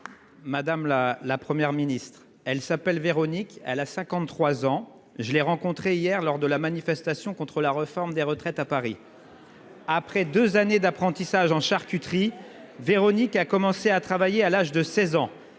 Madame la Première ministre, elle s'appelle Véronique, elle a 53 ans, je l'ai rencontrée hier lors de la manifestation contre la réforme des retraites à Paris. Après deux années d'apprentissage en charcuterie, Véronique a commencé à travailler à l'âge de 16 ans.